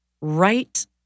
right